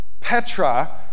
Petra